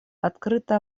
открыто